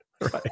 Right